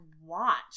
watch